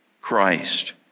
Christ